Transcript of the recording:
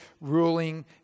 ruling